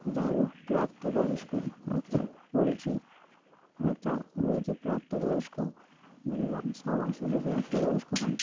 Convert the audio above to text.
সেটা হলো প্রাপ্তবয়স্ক একটা পোলট্রি একটা রয়েছে প্রাপ্তবয়স্ক মিনিমাম ছ মাসে সে প্রাপ্তবয়স্ক হয়